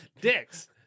Dicks